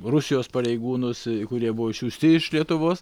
rusijos pareigūnus kurie buvo išsiųsti iš lietuvos